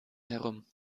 herum